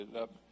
up